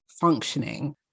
functioning